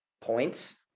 points